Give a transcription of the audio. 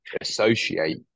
associate